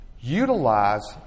Utilize